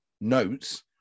notes